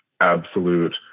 absolute